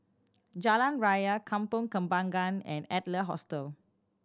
Jalan Ria Kampong Kembangan and Adler Hostel